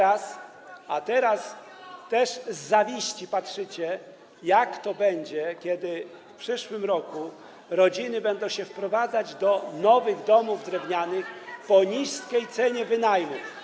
A teraz też z zawiścią patrzycie, jak to będzie, że w przyszłym roku rodziny będą się wprowadzać do nowych, drewnianych domów po niskiej cenie wynajmu.